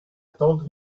told